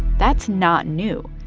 that's not new.